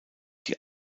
die